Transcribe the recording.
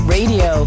Radio